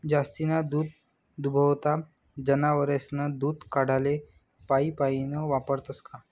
जास्तीना दूधदुभता जनावरेस्नं दूध काढाले पाइपलाइन वापरतंस का?